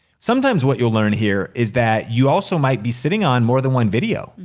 sometimes what you'll learn here is that you also might be sitting on more than one video.